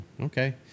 okay